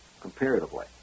comparatively